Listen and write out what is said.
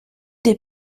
des